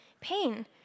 pain